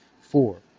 Four